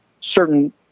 certain